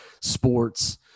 sports